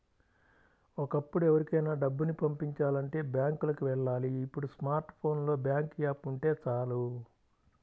ఒకప్పుడు ఎవరికైనా డబ్బుని పంపిచాలంటే బ్యాంకులకి వెళ్ళాలి ఇప్పుడు స్మార్ట్ ఫోన్ లో బ్యాంకు యాప్ ఉంటే చాలు